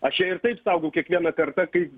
aš ją ir taip saugau kiekvieną kartą kai